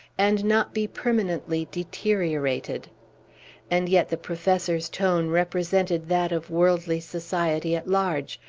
and not be permanently deteriorated and yet the professor's tone represented that of worldly society at large,